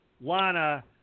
Lana